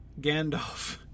Gandalf